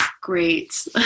great